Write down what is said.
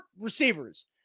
receivers